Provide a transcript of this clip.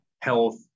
health